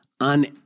on